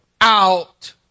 out